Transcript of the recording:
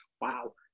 Wow